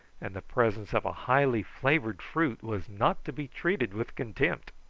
and the presence of a highly flavoured fruit was not to be treated with contempt.